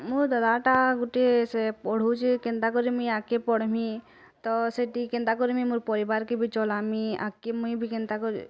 ମୋର୍ ଦାଦାଟା ଗୁଟିଏ ସେ ପଢ଼ଉଛି କେନ୍ତା କରି ମୁଇଁ ଆଗ୍କେ ପଢ଼୍ମି ତ ସେଇଠି କେନ୍ତା କର୍ମି ମୋର୍ ପରିବାର୍ କେ ବି ଚଲାମି ଆଗ୍କେ ମୁଇଁ ବି କେନ୍ତା କରି